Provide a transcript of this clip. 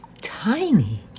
tiny